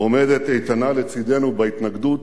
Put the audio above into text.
אין ויכוח.